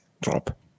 drop